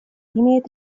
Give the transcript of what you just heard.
имеет